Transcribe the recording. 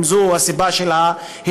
אם זו הסיבה של ההתנגדות,